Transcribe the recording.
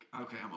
okay